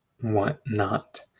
whatnot